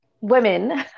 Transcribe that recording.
women